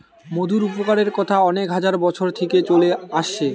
মধুর উপকারের কথা অনেক হাজার বছর থিকে চলে আসছে